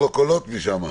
אתכם.